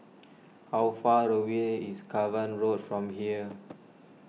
how far away is Cavan Road from here